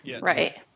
Right